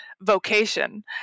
vocation